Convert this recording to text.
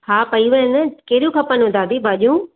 हा पयूं आहिनि कहिड़ियूं खपनव दादी भाॼियूं